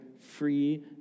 free